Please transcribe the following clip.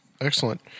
Excellent